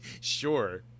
Sure